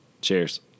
Cheers